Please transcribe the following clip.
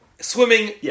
Swimming